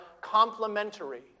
complementary